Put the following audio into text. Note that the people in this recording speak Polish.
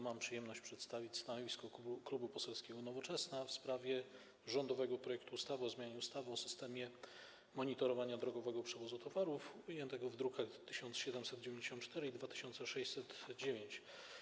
Mam przyjemność przedstawić stanowisko Klubu Poselskiego Nowoczesna w sprawie rządowego projektu ustawy o zmianie ustawy o systemie monitorowania drogowego przewozu towarów, druki nr 1794 i 2609.